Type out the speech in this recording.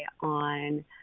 on